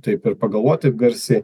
taip ir pagalvoti garsiai